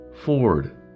Ford